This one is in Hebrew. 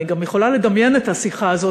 אני גם יכולה לדמיין את השיחה הזאת,